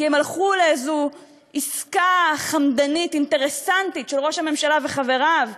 כי הם הלכו לאיזו עסקה חמדנית-אינטרסנטית של ראש הממשלה וחבריו,